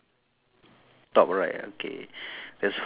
okay mine only got one bucket